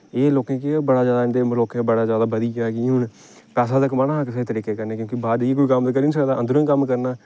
इनें लोकें गी केह् बड़ा ज्यादा इं'दे लोकें बड़ा जादा बधी गेआ कि हून पैसा ते कमाना हा कुसै बी तरीके कन्नै क्योंकि बाहर जाइयै कोई कम्म करी नेईं सकदा अंदरुं कम्म करना ऐ